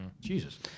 Jesus